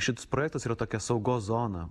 šitas projektas yra tokia saugos zona